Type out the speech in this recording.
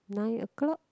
nine o-clock